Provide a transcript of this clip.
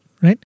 right